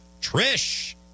Trish